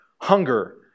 Hunger